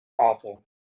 Awful